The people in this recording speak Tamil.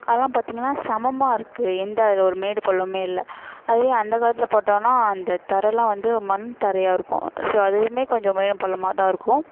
அதலாம் பார்த்தீங்கன்னா சமமாக இருக்குது எந்த அதில் ஒரு மேடு பள்ளமுமே இல்லை அதுவே அந்த காலத்தில் பார்த்தோன்னா இந்த தரைலாம் வந்து மண் தரையாக இருக்கும் ஸோ அதுவுமே கொஞ்சம் மேடும் பள்ளமுமாக தான் இருக்கும்